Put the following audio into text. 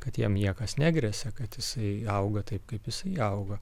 kad jam niekas negresia kad jisai auga taip kaip jisai auga